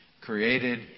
created